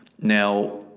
now